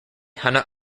hana